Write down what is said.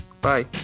Bye